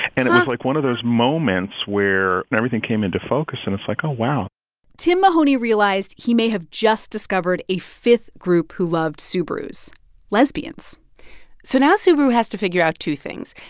and it was like one of those moments where and everything came into focus and it's like, oh, wow tim mahoney realized he may have just discovered a fifth group who loved subarus lesbians so now subaru has to figure out two things.